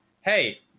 Hey